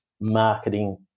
marketing